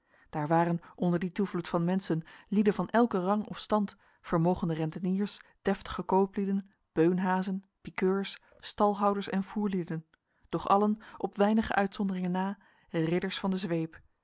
daar waren onder dien toevloed van menschen lieden van elken rang of stand vermogende renteniers deftige kooplieden beunhazen pikeurs stalhouders en voerlieden doch allen op weinige uitzonderingen na ridders van de zweep